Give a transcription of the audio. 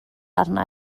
arna